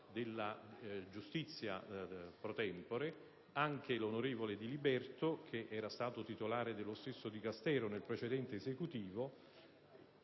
Grazie,